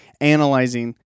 analyzing